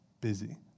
busy